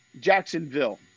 Jacksonville